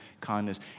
kindness